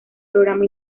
programa